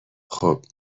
خوب